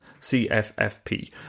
CFFP